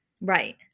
Right